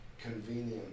convenient